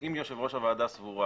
אם יושבת-ראש הוועדה סבורה